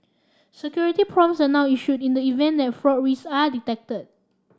security prompts are now issued in the event that fraud risks are detected